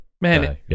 Man